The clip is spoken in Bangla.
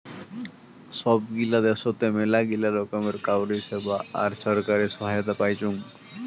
সব গিলা দ্যাশোতে মেলাগিলা রকমের কাউরী সেবা আর ছরকারি সহায়তা পাইচুং